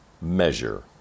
Measure